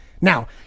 Now